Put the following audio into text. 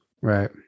Right